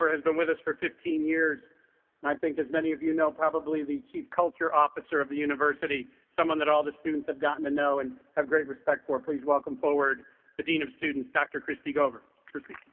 has been with us for fifteen years i think as many of you know probably the chief culture officer of the university someone that all the students have gotten to know and have great respect for please welcome forward the dean of students dr. christie gover christie